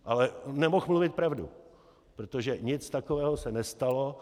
Ale nemohl mluvit pravdu, protože nic takového se nestalo.